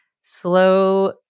slow